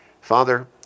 Father